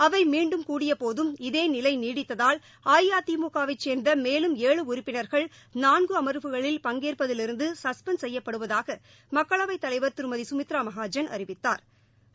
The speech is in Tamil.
அவை மீண்டும் கூடிய போ தும் இதே நிலை நீடித்ததால் அஇ அதி முக வைச் சோ ்ந்த மேலும் ஏழு உறுப்பினா கள் நான் குட்டு அமாம்வ களில் பங்கேற்பதிலி ருந்து சல்பெண்ட் செய்யப்படுவதாக மாமக்களவைத் தலைவாம் திரும்தி பாக்மித்தரா மகாஜன் அறிவித்தாா்